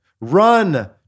Run